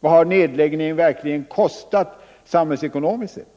Vad har nedläggningen verkligen kostat samhällsekonomiskt sett?